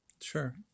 sure